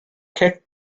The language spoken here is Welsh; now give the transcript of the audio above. cic